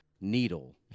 Needle